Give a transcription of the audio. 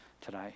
today